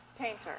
painter